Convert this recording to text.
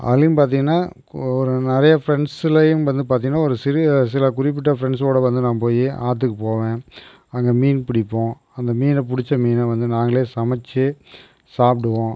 அதிலையும் பார்த்திங்கனா நிறையா ஃப்ரெண்ட்ஸ்லயும் வந்து பார்த்திங்கன்னா ஒரு சிறு சில குறிப்பிட்ட ஃப்ரெண்ட்ஸோட வந்து நான் போய் ஆத்துக்கு போவன் அங்கே மீன் பிடிப்போம் அங்கே மீனை பிடிச்ச மீனை வந்து நாங்களே சமைச்சி சாப்பிடுவோம்